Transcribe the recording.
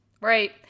right